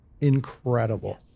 incredible